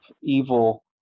evil